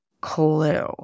clue